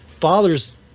fathers